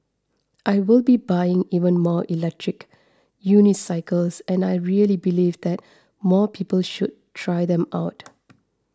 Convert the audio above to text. I will be buying even more electric unicycles and I really believe that more people should try them out